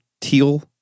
teal